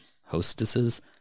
hostesses